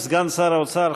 סגן שר האוצר,